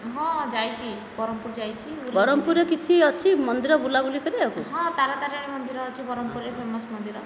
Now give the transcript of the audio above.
ହଁ ଯାଇଛି ବ୍ରହ୍ମପୁର ଯାଇଛି ବ୍ରହ୍ମପୁରରେ କିଛି ଅଛି ମନ୍ଦିର ବୁଲାବୁଲି କରିବାକୁ ହଁ ତାରା ତାରିଣୀ ମନ୍ଦିର ଅଛି ବ୍ରହ୍ମପୁରରେ ଫେମସ୍ ମନ୍ଦିର